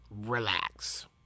relax